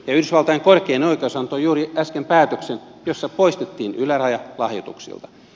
yhdysvaltain korkein oikeus antoi juuri äsken päätöksen jossa poistettiin yläraja lahjoituksilta